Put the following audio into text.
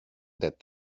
that